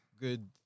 Good